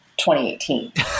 2018